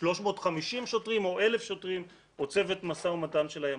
350 שוטרים או 1,000 שוטרים או צוות משא ומתן של הימ"מ.